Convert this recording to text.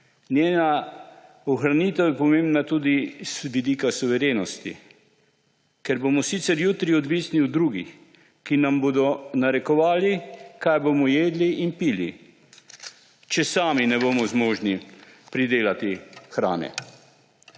Njena ohranitev je pomembna tudi z vidika suverenosti, ker bomo sicer jutri odvisni od drugih, ki nam bodo narekovali, kaj bomo jedli in pili, če sami ne bomo zmožni pridelati hrane.